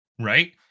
right